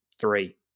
three